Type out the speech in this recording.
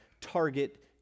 target